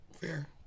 fair